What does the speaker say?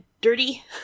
dirty